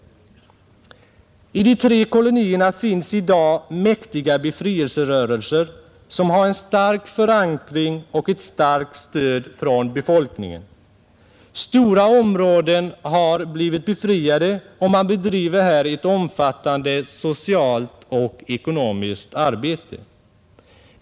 I de tre kolonierna finns i dag mäktiga befrielserörelser som har en stark förankring och ett starkt stöd hos befolkningen. Stora områden har blivit befriade, och man bedriver här ett omfattande socialt och ekonomiskt arbete.